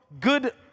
Good